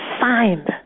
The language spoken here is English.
signed